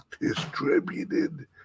distributed